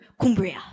Cumbria